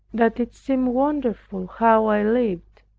that it seemed wonderful how i lived.